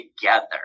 together